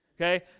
okay